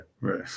right